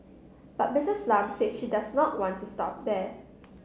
but Missus Lam said she does not want to stop there